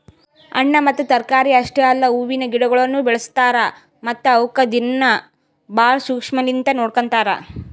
ಹಣ್ಣ ಮತ್ತ ತರಕಾರಿ ಅಷ್ಟೆ ಅಲ್ಲಾ ಹೂವಿನ ಗಿಡಗೊಳನು ಬೆಳಸ್ತಾರ್ ಮತ್ತ ಅವುಕ್ ದಿನ್ನಾ ಭಾಳ ಶುಕ್ಷ್ಮಲಿಂತ್ ನೋಡ್ಕೋತಾರ್